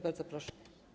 Bardzo proszę.